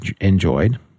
enjoyed